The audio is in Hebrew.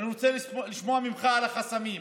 אני רוצה לשמוע ממך על החסמים.